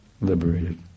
liberated